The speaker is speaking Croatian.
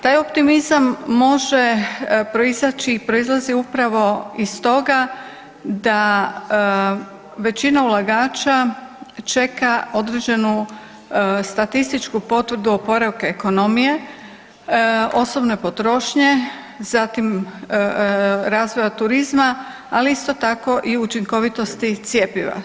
Taj optimizam može proizaći i proizlazi upravo iz toga da većina ulagača čeka određenu statističku potvrdu oporavka ekonomije, osobne potrošnje, zatim razvoja turizma, ali isto tako i učinkovitosti cjepiva.